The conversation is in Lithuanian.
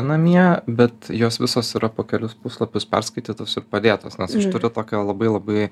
namie bet jos visos yra po kelis puslapius perskaitytos ir padėtos nes aš turiu tokią labai labai